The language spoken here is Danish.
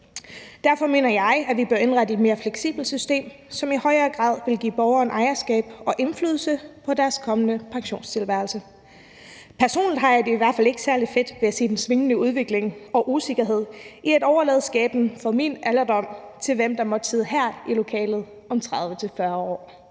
Derfor mener jeg, at vi bør indrette et mere fleksibelt system, som i højere grad vil give borgeren ejerskab til og indflydelse på deres kommende pensionstilværelse. Personligt har jeg det i hvert fald ikke særlig fedt med at se den svingende udvikling og usikkerhed i at overlade skæbnen for min alderdom til, hvem der måtte sidde her i lokalet om 30-40 år.